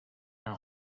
and